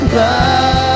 love